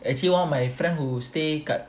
actually one of my friend who stay kat